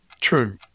True